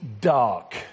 dark